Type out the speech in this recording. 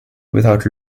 without